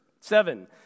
Seven